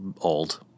old